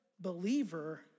Believer